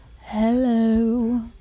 hello